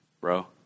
bro